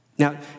Now